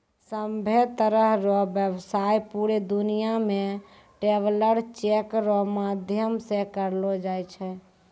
सभ्भे तरह रो व्यवसाय पूरे दुनियां मे ट्रैवलर चेक रो माध्यम से करलो जाय छै